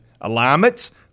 Alignments